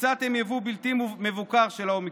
ביצעתם יבוא בלתי מבוקר של האומיקרון.